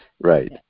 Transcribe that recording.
right